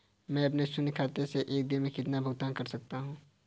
मैं अपने शून्य खाते से एक दिन में कितना भुगतान कर सकता हूँ?